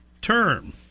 term